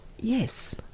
Yes